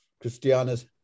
Christiana's